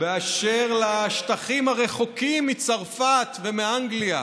באשר לשטחים הרחוקים מצרפת ומאנגליה,